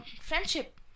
friendship